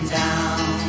down